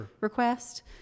request